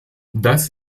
das